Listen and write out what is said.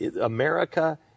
America